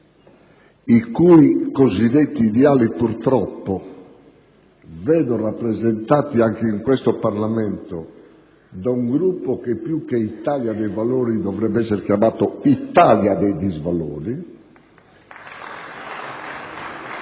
i cui cosiddetti ideali, purtroppo, vedo rappresentati anche in questo Parlamento da un gruppo che più che Italia dei Valori dovrebbe essere chiamato Italia dei Disvalori.